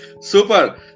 Super